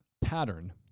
pattern